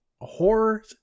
horror